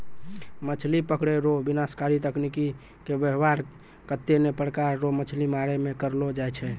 मछली पकड़ै रो विनाशकारी तकनीकी के वेवहार कत्ते ने प्रकार रो मछली मारै मे करलो जाय छै